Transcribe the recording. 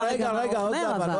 לא, רגע, עוד מעט.